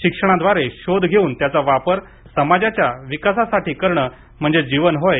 शिक्षणादवारे शोध घेऊन त्याचा वापर समाजाच्या विकासासाठी करणे म्हणजे जीवन होय